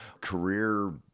career